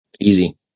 easy